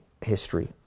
history